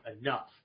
enough